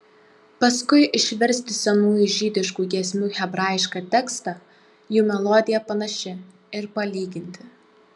paskui išversti senųjų žydiškų giesmių hebrajišką tekstą jų melodija panaši ir palyginti